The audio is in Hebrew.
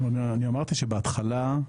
אמרתי שבהתחלה,